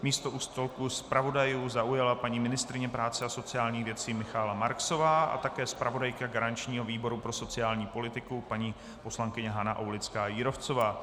Místo u stolku zpravodajů zaujala paní ministryně práce a sociálních věcí Michaela Marksová a také zpravodajka garančního výboru pro sociální politiku paní poslankyně Hana Aulická Jírovcová.